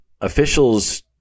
officials